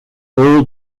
all